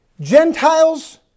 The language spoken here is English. Gentiles